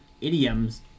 idioms